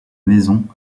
maison